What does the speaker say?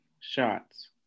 Shots